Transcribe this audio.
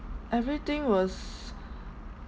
everything was